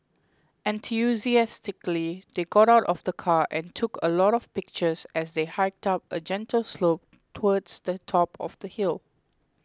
enthusiastically they got out of the car and took a lot of pictures as they hiked up a gentle slope towards the top of the hill